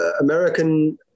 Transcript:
American